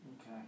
Okay